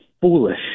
foolish